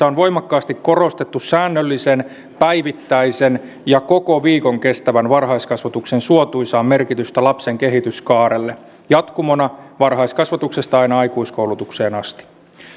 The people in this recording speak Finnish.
on voimakkaasti korostettu säännöllisen päivittäisen ja koko viikon kestävän varhaiskasvatuksen suotuisaa merkitystä lapsen kehityskaarelle jatkumona varhaiskasvatuksesta aina aikuiskoulutukseen asti